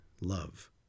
love